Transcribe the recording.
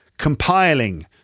compiling